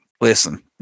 Listen